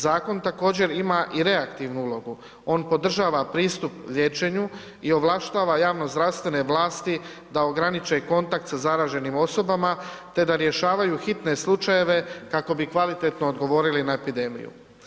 Zakon također ima i reaktivnu ulogu, on podržava pristup liječenju i ovlaštava javnozdravstvene vlasti da ograniče kontakt sa zaraženim osobama te da rješavaju hitne slučajeve kako bi kvalitetno odgovorili na epidemiju.